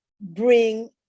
bring